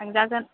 थांजागोन